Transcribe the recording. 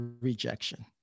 rejection